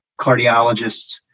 cardiologists